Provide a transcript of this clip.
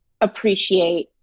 appreciate